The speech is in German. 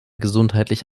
gesundheitlich